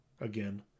again